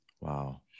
Wow